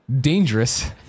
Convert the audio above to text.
dangerous